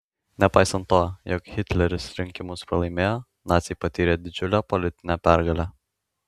nepaisant to jog hitleris rinkimus pralaimėjo naciai patyrė didžiulę politinę pergalę